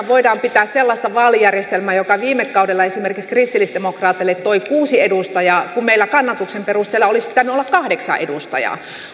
voidaan pitää sellaista vaalijärjestelmää joka viime kaudella esimerkiksi kristillisdemokraateille toi kuusi edustajaa kun meillä kannatuksen perusteella olisi pitänyt olla kahdeksan edustajaa